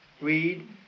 read